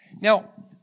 Now